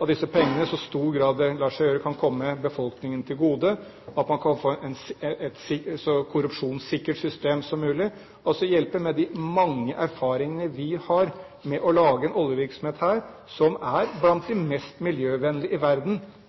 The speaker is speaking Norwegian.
at disse pengene i så stor grad som det lar seg gjøre, kan komme befolkningen til gode, at man får et så korrupsjonssikkert system som mulig – altså bidra med de mange erfaringer vi har med å lage oljevirksomhet her, som er blant de mest miljøvennlige i verden.